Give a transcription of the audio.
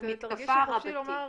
תרגישי חופשי לומר.